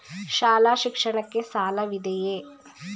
ಶಾಲಾ ಶಿಕ್ಷಣಕ್ಕೆ ಸಾಲವಿದೆಯೇ?